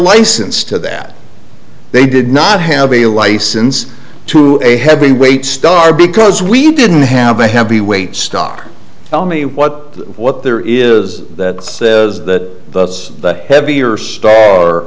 license to that they did not have a license to a heavyweight star because we didn't have a heavy weight stock tell me what what there is that says that those heavier st